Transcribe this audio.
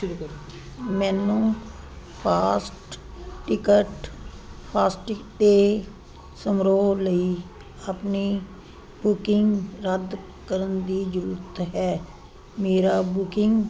ਮੈਨੂੰ fast ticket ਤੇ ਸਮਾਰੋਹ ਲਈ ਆਪਣੀ ਬੁਕਿੰਗ ਰੱਦ ਕਰਨ ਦੀ ਜ਼ਰੂਰਤ ਹੈ ਮੇਰਾ ਬੁਕਿੰਗ